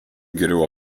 grå